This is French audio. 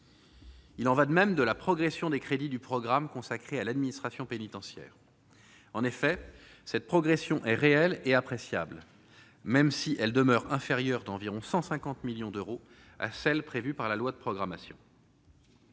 Il en va de même de la progression des crédits du programme consacré à l'administration pénitentiaire, en effet, cette progression est réel et appréciable, même si elle demeure inférieure d'environ 150 millions d'euros à celles prévues par la loi de programmation.